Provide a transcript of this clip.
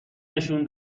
نشون